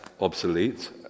obsolete